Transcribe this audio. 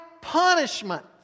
punishment